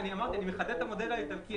>> אמרתי שאני מחדד את המודל האיטלקי,